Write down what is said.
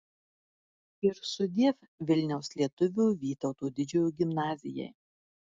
ir sudiev vilniaus lietuvių vytauto didžiojo gimnazijai